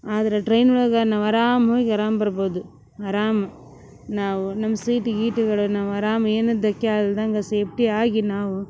ಆದ್ರ ಟ್ರೈನೊಳಗ ನಾವು ಅರಾಮ ಹೋಗಿ ಅರಾಮ ಬರ್ಬೋದು ಅರಾಮ ನಾವು ನಮ್ಮ ಸೀಟ್ ಗೀಟುಗಳು ನಾವು ಅರಾಮ ಏನದಕ್ಕೆ ಅಲ್ದಂಗೆ ಸೇಫ್ಟಿಯಾಗಿ ನಾವು